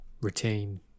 retain